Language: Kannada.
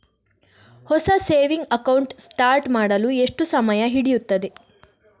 ಹೊಸ ಸೇವಿಂಗ್ ಅಕೌಂಟ್ ಸ್ಟಾರ್ಟ್ ಮಾಡಲು ಎಷ್ಟು ಸಮಯ ಹಿಡಿಯುತ್ತದೆ?